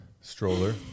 stroller